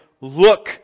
Look